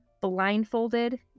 blindfolded